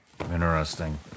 Interesting